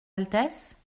altesse